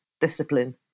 discipline